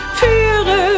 führe